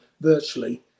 virtually